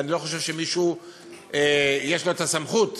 ואני לא חושב שלמישהו יש סמכות